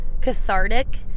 cathartic